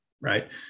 right